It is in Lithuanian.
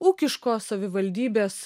ūkiško savivaldybės